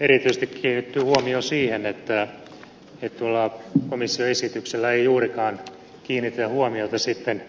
erityisesti kiinnittyi huomio siihen että tuolla komission esityksellä ei juurikaan kiinnitetä huomiota sitten